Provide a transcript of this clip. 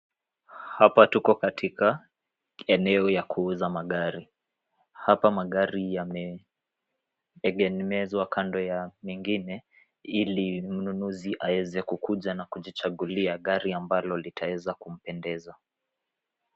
Hapo tuko katika eneo ya kuuza magari. Hapa magari yameegemezwa kando ya mengine ili mnunuzi aweze kukuja na kujichagulia gari ambalo litaweza kumpendeza.